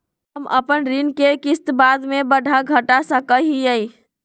हम अपन ऋण के किस्त बाद में बढ़ा घटा सकई हियइ?